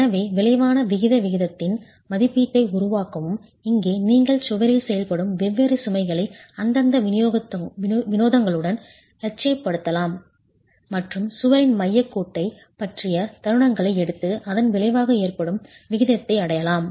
எனவே விளைவான விகித விகிதத்தின் மதிப்பீட்டை உருவாக்கவும் இங்கே நீங்கள் சுவரில் செயல்படும் வெவ்வேறு சுமைகளை அந்தந்த வினோதங்களுடன் இலட்சியப்படுத்தலாம் மற்றும் சுவரின் மையக் கோட்டைப் பற்றிய தருணங்களை எடுத்து அதன் விளைவாக ஏற்படும் விகிதத்தை அடையலாம்